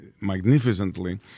Magnificently